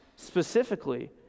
Specifically